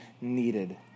needed